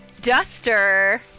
Duster